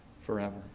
forever